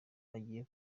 ugiye